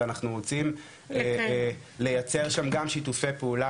ואנחנו רוצים לייצר שם גם שיתופי פעולה